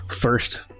first